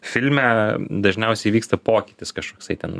filme dažniausiai įvyksta pokytis kažkoksai ten